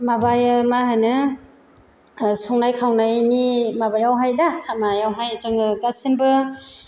माबायो मा होनो संनाय खावनायनि माबायावहाय दा खामनायनावहाय जोंङो गासिनबो